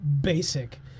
basic